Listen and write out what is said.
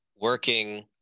working